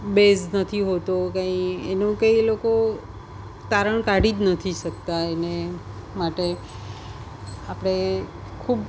base નથી હોતો કંઈ એનુ કંઈ એ લોકો તારણ કાઢી જ નથી શકતા એને માટે આપણે ખૂબ